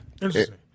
Interesting